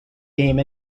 game